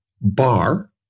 bar